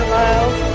miles